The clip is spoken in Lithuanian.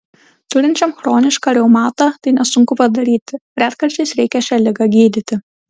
turinčiam chronišką reumatą tai nesunku padaryti retkarčiais reikia šią ligą gydyti